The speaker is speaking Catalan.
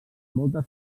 moltes